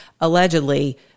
Allegedly